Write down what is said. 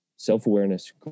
self-awareness